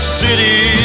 city